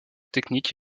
technique